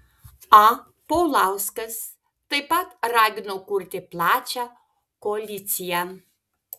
a paulauskas taip pat ragino kurti plačią koaliciją